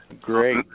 Great